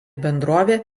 bendrovė